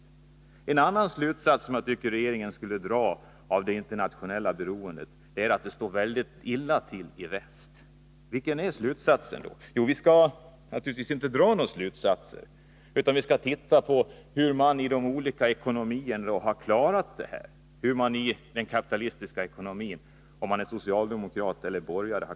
När det gäller det internationella beroendet tycker jag att regeringen borde dra den slutsatsen att det står väldigt illa till i väst. Men vilken slutsats drar man? Jo den, att vi naturligtvis inte skall dra några slutsatser utan — oavsett om man är socialdemokrat eller borgare — titta på hur de olika kapitalistiska ekonomierna har klarat av problemen.